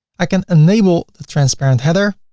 i can enable the transparent header